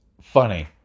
funny